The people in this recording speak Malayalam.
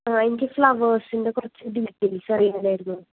ആ എനിക്ക് ഫ്ളവേഴ്സിൻ്റെ കുറച്ച് ഡീറ്റെയിൽസ് അറിയാനായിരുന്നു